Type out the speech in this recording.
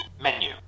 Menu